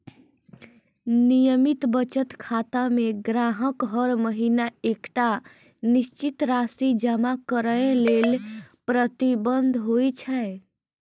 नियमित बचत खाता मे ग्राहक हर महीना एकटा निश्चित राशि जमा करै लेल प्रतिबद्ध होइ छै